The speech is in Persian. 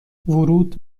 ورود